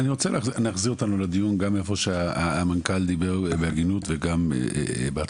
אני רוצה להחזיר אותנו לדיון גם למה שהמנכ"ל אמר בהגינות וגם להתחלה.